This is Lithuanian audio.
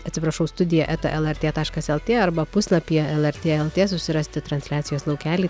atsiprašau studija eta lrt taškas lt arba puslapyje lrt lt susirasti transliacijos laukelį